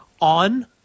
On